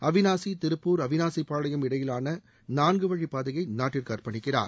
அவினாசி திருப்பூர் அவினாசிப்பாளையம் இடையிலான நான்குவழிப் பாதையை நாட்டுக்கு அர்ப்பணிக்கிறார்